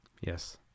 Yes